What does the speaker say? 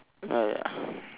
uh ya